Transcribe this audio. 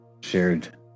shared